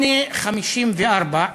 20:54,